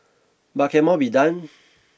but can more be done